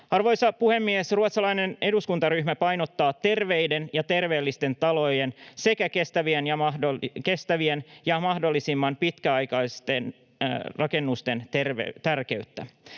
Arvoisa puhemies! Ruotsalainen eduskuntaryhmä painottaa terveiden ja terveellisten talojen sekä kestävien ja mahdollisimman pitkäikäisten rakennusten tärkeyttä.